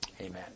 amen